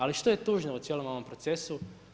Ali što je tužno u cijelom ovom procesu?